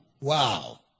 Wow